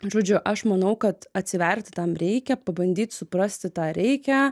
žodžiu aš manau kad atsiverti tam reikia pabandyt suprasti tą reikia